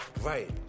Right